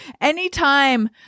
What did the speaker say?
Anytime